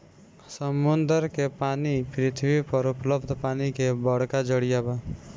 समुंदर के पानी पृथ्वी पर उपलब्ध पानी के बड़का जरिया बा